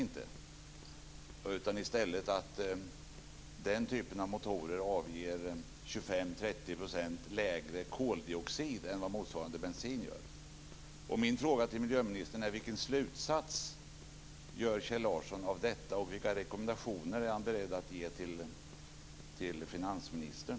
I stället avger den typen av motorer 25-30 % mindre koldioxid än vad motsvarande bensin gör. Min fråga till miljöministern är: Vilken slutsats drar Kjell Larsson av detta, och vilka rekommendationer är han beredd att ge till finansministern?